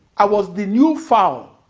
i was the new fowl,